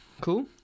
cool